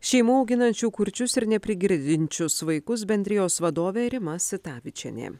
šeimų auginančių kurčius ir neprigirdinčius vaikus bendrijos vadovė rima sitavičienė